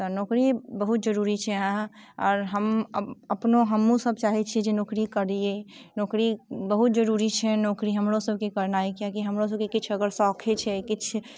तऽ नौकरी बहुत जरूरी छै अहाँ आर हम अपनो हमहुँ सभ चाहै छी जे नौकरी करी नौकरी बहुत जरूरी छै नौकरी हमरो सभके करनाइ किएकि हमरो सभके किछु अगर शौखे छै किछु